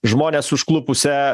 žmones užklupusią